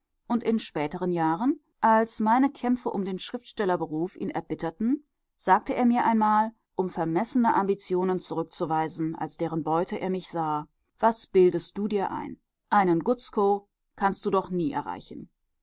und in späteren jahren als meine kämpfe um den schriftstellerberuf ihn erbitterten sagte er mir einmal um vermessene ambitionen zurückzuweisen als deren beute er mich sah was bildest du dir ein einen gutzkow kannst du doch nie erreichen